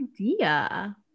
idea